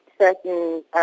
certain